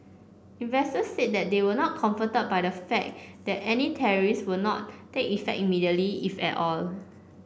investors said they were not comforted by the fact that any tariffs would not take effect immediately if at all